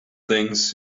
things